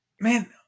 man